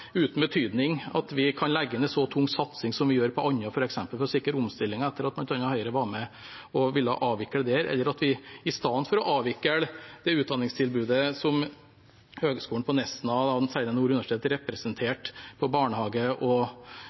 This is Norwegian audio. uten betydning at vi kan legge inn en så tung satsing som vi gjør på f.eks. Andøya, for å sikre omstillingen etter at bl.a. Høyre var med og ville avvikle der at vi istedenfor å avvikle utdanningstilbudet på Høgskolen i Nesna og Nord universitet representert på barnehagelærerutdanning og lærerutdanning, nå reetablerer og satser på